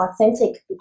authentic